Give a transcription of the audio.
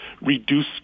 reduce